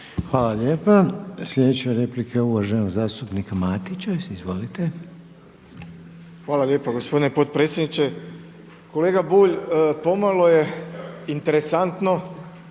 Hvala lijepa. Sljedeća replika je uvaženog zastupnika Matića. Izvolite. **Matić, Predrag Fred (SDP)** Hvala lijepa gospodine potpredsjedniče. Kolega Bulj, pomalo je interesantno